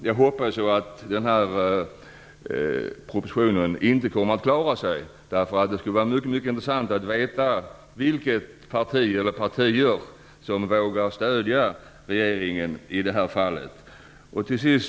Jag hoppas att propositionen inte kommer att antas. Det skulle vara intressant att få veta vilket parti eller vilka partier som vågar stödja regeringen i det här fallet.